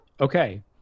Okay